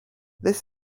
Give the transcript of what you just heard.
this